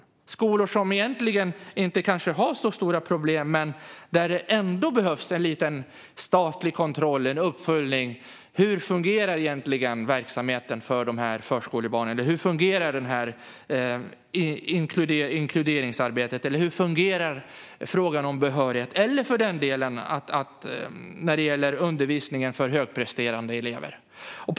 Det är skolor som kanske inte har särskilt stora problem. Men det behövs ändå en statlig kontroll och en uppföljning av hur verksamheten egentligen fungerar för förskolebarnen, av hur inkluderingsarbetet eller hur frågan om behörighet fungerar eller för den delen av hur undervisningen för högpresterande elever fungerar.